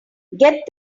get